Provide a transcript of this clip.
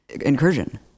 incursion